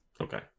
okay